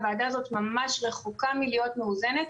הוועדה הזאת ממש רחוקה מלהיות מאוזנת.